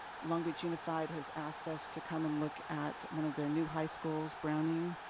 long beach unified has asked us to come and look at one of their new high schools, browning.